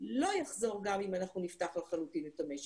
לא יחזור, גם אם נפתח לחלוטין את המשק.